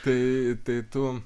tai tai tų